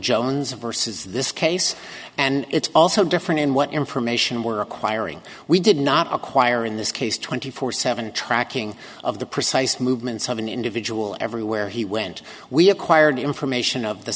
jones versus this case and it's also different in what information we're requiring we did not acquire in this case twenty four seven tracking of the precise movements of an individual everywhere he went we acquired information of the